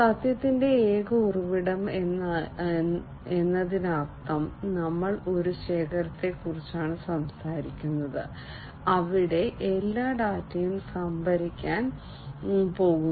സത്യത്തിന്റെ ഏക ഉറവിടം എന്നതിനർത്ഥം ഞങ്ങൾ ഒരു ശേഖരത്തെക്കുറിച്ചാണ് സംസാരിക്കുന്നത് അവിടെ എല്ലാ ഡാറ്റയും സംഭരിക്കാൻ പോകുന്നു